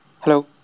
Hello